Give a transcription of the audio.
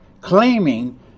claiming